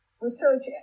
research